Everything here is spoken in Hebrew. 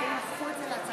אין עוד חוק.